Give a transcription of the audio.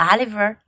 Oliver